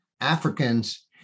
Africans